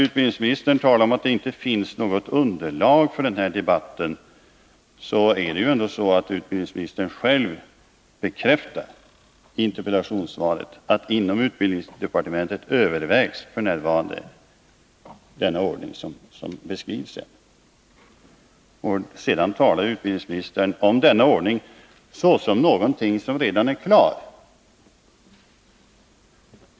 Utbildningsministern talar om att det inte finns något underlag för den här debatten. Men utbildningsministern bekräftar själv i interpellationssvaret att inom utbildningsdepartementet övervägs f.n. den ordning som sedan beskrivs. Och i fortsättningen talar utbildningsministern om denna ordning såsom någonting som redan är klart.